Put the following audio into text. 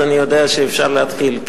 אז אני יודע שאפשר להתחיל.